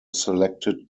selected